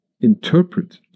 Interpret